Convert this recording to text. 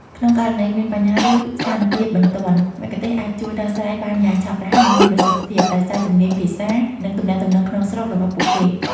ក្នុងករណីមាន បញ្ហា ឬស្ថានភាពបន្ទាន់ មគ្គុទ្ទេសក៍អាចជួយដោះស្រាយបានយ៉ាងឆាប់រហ័ស និងមានប្រសិទ្ធភាព ដោយសារជំនាញភាសា និងទំនាក់ទំនងក្នុងស្រុករបស់ពួកគេ។